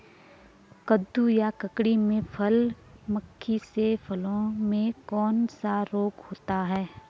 कद्दू या ककड़ी में फल मक्खी से फलों में कौन सा रोग होता है?